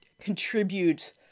contribute